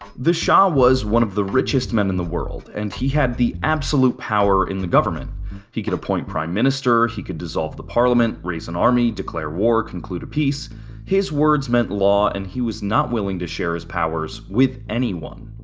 the shah was one of the richest men in the world and he had the absolute power in the government he could appoint prime minister, he could dissolve the parliament, raise an army, declare war, conclude a peace his words meant law and he was not willing to share his powers with anyone.